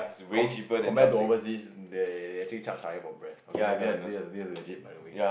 com~ compare to overseas they they actually charger higher for breast okay this this is this is legit by the way